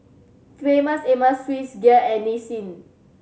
Famous Amos Swissgear and Nissin